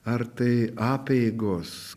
ar tai apeigos